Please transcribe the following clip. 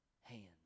hands